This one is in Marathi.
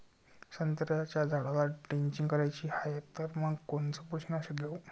संत्र्याच्या झाडाला द्रेंचींग करायची हाये तर मग कोनच बुरशीनाशक घेऊ?